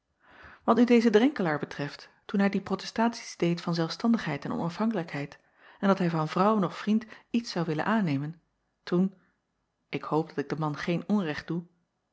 at nu dezen renkelaer betreft toen hij die protestaties deed van zelfstandigheid en onafhankelijkheid en dat hij van vrouw noch vriend iets zou willen aannemen toen ik hoop dat ik den man geen onrecht doe